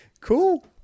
cool